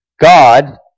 God